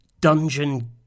dungeon